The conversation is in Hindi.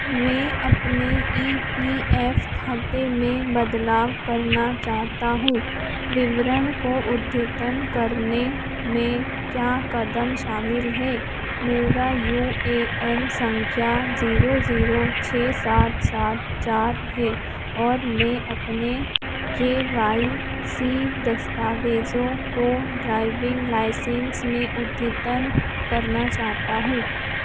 मैं अपने ई पी एफ़ खाते में बदलाव करना चाहता हूँ विवरण को अद्यतन करने में क्या कदम शामिल है मेरा यू ए एन संख्या जीरो जीरो छः सात सात चार है और मैं अपने के वाई सी दस्तावेज़ों को ड्राइबिंग लाइसेंस में अद्यतन करना चाहता हूँ